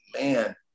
man